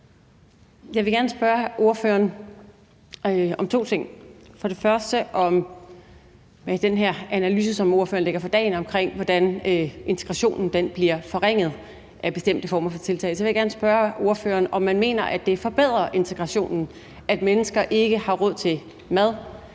Jeg vil gerne spørge ordføreren om to ting. For det første vil jeg gerne spørge om den her analyse, som ordføreren lægger for dagen, af, hvordan integrationen bliver forringet af bestemte former for tiltag. Og så vil jeg gerne spørge ordføreren, om man mener, at det forbedrer integrationen, at mennesker ikke har råd til mad,